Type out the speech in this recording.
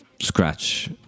scratch